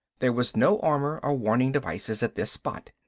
there was no armor or warning devices at this spot,